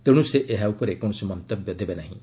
ତେଣୁ ସେ ଏହା ଉପରେ କୌଶସି ମନ୍ତବ୍ୟ ଦେବେ ନାହିଁ